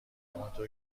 همانطور